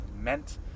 meant